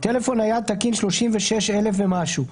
הטלפון היה תקין זה 36,000 ומשהו,